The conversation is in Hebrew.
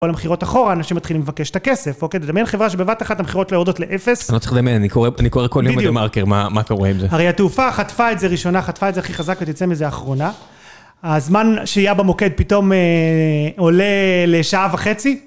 כל המכירות אחורה, אנשים מתחילים לבקש את הכסף. אוקיי, אתה יודע, מעין חברה שבבת אחת המכירות שלה יורדות לאפס. אתה לא צריך לדמיין, אני קורא כל יום את דה-מרקר, מה קורה עם זה. הרי התעופה חטפה את זה ראשונה, חטפה את זה הכי חזק ותצא מזה אחרונה. הזמן שהייה במוקד פתאום עולה לשעה וחצי.